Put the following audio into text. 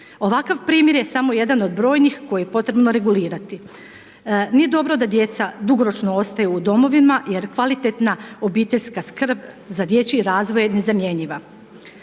Ovakav primjer je samo jedan od brojnih koji je potrebno regulirati. Nije dobro da djeca dugoročno ostaju u domovina jer kvalitetna obiteljska skrb za dječji razvoj je nezamjenjiva.